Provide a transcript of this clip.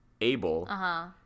able—